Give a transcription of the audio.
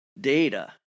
data